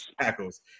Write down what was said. tackles